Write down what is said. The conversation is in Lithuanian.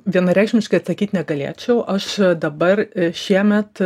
vienareikšmiškai atsakyt negalėčiau aš dabar šiemet